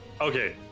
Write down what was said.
Okay